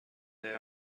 there